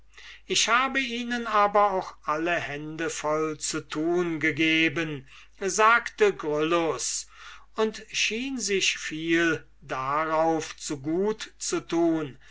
ich hab ihnen aber auch alle hände voll zu tun gegeben sagte gryllus und schien sich viel darauf zu gut zu tun